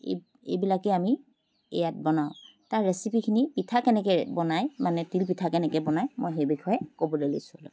এইবিলাকে আমি ইয়াত বনাওঁ তাৰ ৰেচিপিখিনি পিঠা কেনেকৈ বনায় মানে তিলপিঠা কেনেকৈ বনায় মই সেই বিষয়ে ক'বলৈ লৈছোঁ